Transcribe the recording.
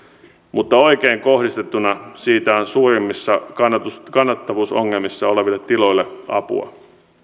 mutta oikein kohdistettuna siitä on suurimmissa kannattavuusongelmissa oleville tiloille apua